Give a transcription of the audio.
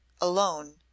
alone